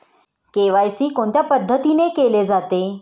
KYC कोणत्या पद्धतीने केले जाते?